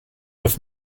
with